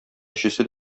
өчесе